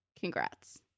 Congrats